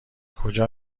کجا